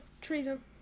Treason